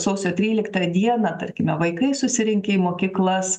sausio tryliktą dieną tarkime vaikai susirinkę į mokyklas